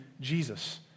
Jesus